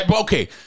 okay